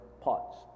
parts